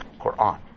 Quran